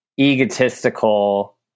egotistical